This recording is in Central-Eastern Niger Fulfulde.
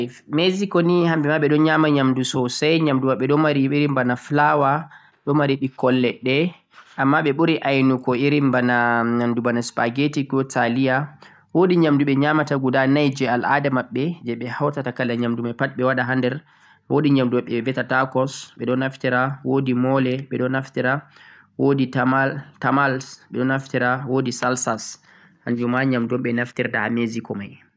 Mexico ni hamɓe ma ɓeɗon nyama nyamdu sosai, nyamdu maɓɓe ɓe ɗon mari bana irin flour, ɓeɗon mari ɓikkon leɗɗe, amma ɓe ɓuri ainugo irin nyamdu bana nyamdu supperggetti ko taliya, wo'di nyamdu ɓe nyamata guda nai je al'ada maɓɓe je ɓe hautata kala nyamdu mai pat ɓe waɗa ha nder, wo'di nyamdu maɓɓe ɓe viyata ɗum ta'kus, ɓeɗon naftira, wo'di mole ɓeɗon naftira, wo'di tamales ɓeɗon naftira, wo'di salsas hanjum ma nyamdu un ɓe naftirta ha Mexico mai.